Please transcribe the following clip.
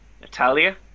natalia